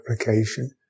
application